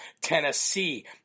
Tennessee